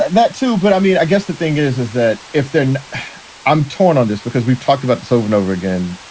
that, too. but i mean, i guess the thing is, is that if then i'm torn on this because we've talked about this over and over again,